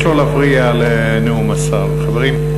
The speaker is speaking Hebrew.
אני מבקש לא להפריע לנאום השר, חברים.